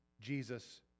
Jesus